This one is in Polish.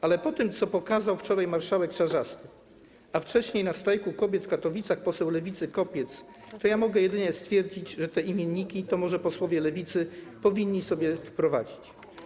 Ale po tym, co pokazał wczoraj marszałek Czarzasty, a wcześniej na Strajku Kobiet w Katowicach poseł Lewicy Kopiec, to ja mogę jedynie stwierdzić, że te imienniki to może posłowie Lewicy powinni sobie wprowadzić.